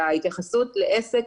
שההתייחסות לעסק,